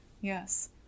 Yes